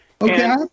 Okay